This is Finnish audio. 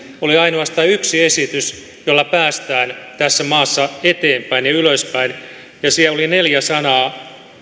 oli ainoastaan yksi esitys jolla päästään tässä maassa eteenpäin ja ylöspäin siellä oli neljä sanaa